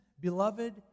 Beloved